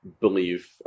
believe